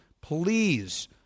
Please